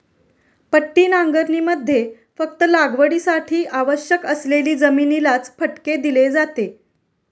पट्टी नांगरणीमध्ये फक्त लागवडीसाठी आवश्यक असलेली जमिनीलाच फटके दिले जाते